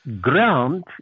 ground